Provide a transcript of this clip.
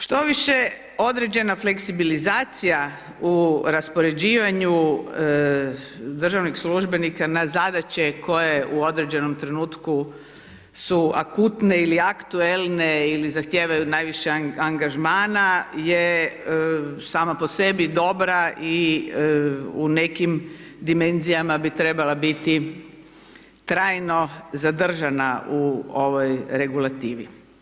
Štoviše određena fleksibilizacija u raspoređivanju državnih službenika na zadaće koje u određenom trenutku su akutne ili aktuelne ili zahtijevaju najviše angažmana je sama po sebi dobra i u nekim dimenzijama bi trebala biti trajno zadržana u ovoj regulativi.